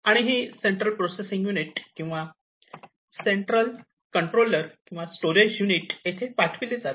आणि ही central processing unit किंवा सेंट्रल कंट्रोलर किंवा स्टोरेज युनिट येथे पाठविले जाते